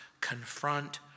confront